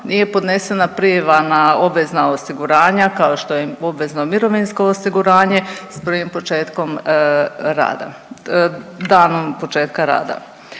nije podnesena prijava na obvezna osiguranja, kao što je obvezno mirovinsko osiguranje s prvim p početkom rada, danom početka rada.